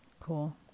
Cool